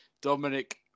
Dominic